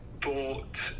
bought